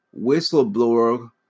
whistleblower